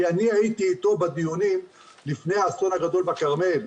כי הייתי איתו בדיונים לפני האסון הגדול בכרמל,